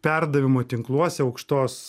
perdavimo tinkluose aukštos